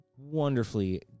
wonderfully